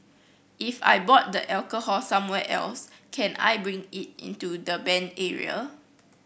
if I bought the alcohol somewhere else can I bring it into the banned area